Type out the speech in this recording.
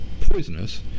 poisonous